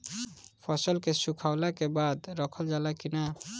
फसल के सुखावला के बाद रखल जाला कि न?